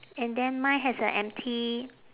and then mine has a empty